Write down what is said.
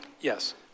Yes